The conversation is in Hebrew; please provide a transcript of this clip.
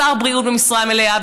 שר בריאות במשרה מלאה,